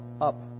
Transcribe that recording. up